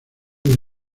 del